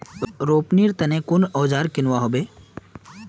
रोपनीर तने कुन औजार किनवा हबे